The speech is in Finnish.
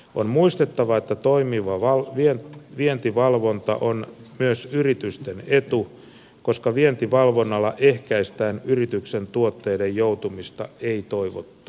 on muistettava että toimiva vientivalvonta on myös yritysten etu koska vientivalvonnalla ehkäistään yrityksen tuotteiden joutumista ei toivottuun käyttöön